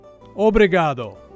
Obrigado